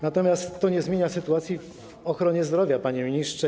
Natomiast to nie zmienia sytuacji w ochronie zdrowia, panie ministrze.